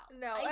No